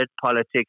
politics